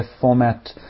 format